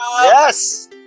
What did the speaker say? Yes